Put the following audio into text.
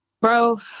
Bro